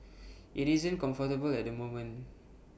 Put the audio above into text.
IT isn't comfortable at the moment